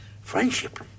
Friendship